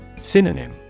Synonym